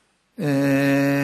האלה.